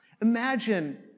Imagine